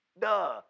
Duh